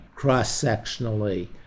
cross-sectionally